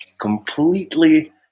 completely